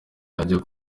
ajya